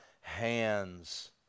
hands